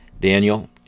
Daniel